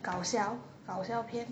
搞笑搞笑篇